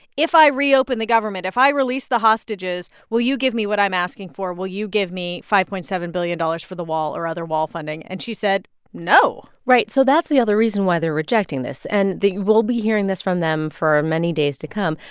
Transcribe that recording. if i reopen the government if i release the hostages, will you give me what i'm asking for? will you give me five point seven billion dollars for the wall or other wall funding? and she said no right. so that's the other reason why they're rejecting this. and we'll be hearing this from them for many days to come.